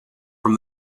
from